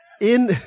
in-